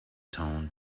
tone